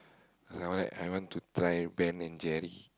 cause I want to try Ben-and-Jerry